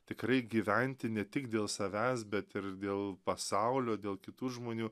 tikrai gyventi ne tik dėl savęs bet ir dėl pasaulio dėl kitų žmonių